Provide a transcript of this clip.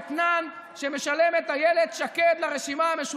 שהקואליציה שלך שילמה אותו כאתנן לתמיכת המשותפת.